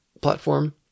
platform